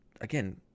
again